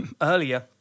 earlier